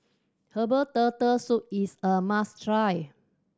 herbal Turtle Soup is a must try